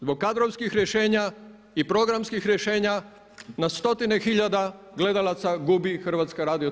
Zbog kadrovskih rješenja i programskih rješenja na stotine hiljada gledalaca gubi HRT.